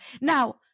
Now